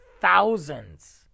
thousands